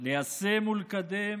ליישם ולקדם